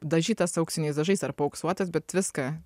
dažytas auksiniais dažais ar paauksuotas bet viską